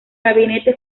gabinete